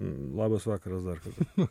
labas vakaras dar kartą